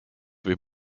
võib